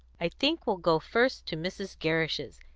i think we'll go first to mrs. gerrish's,